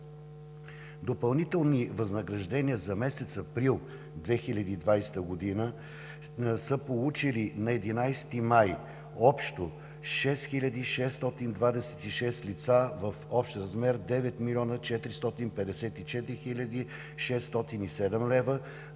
Допълнителни възнаграждения за месец април 2020 г. са получили на 11 май общо 6626 лица в общ размер 9 млн.